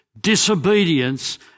disobedience